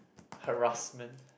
harassment